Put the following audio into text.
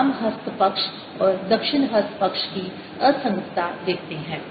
आप वाम हस्त पक्ष और दक्षिण हस्त पक्ष की असंगतता देखते हैं